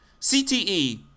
CTE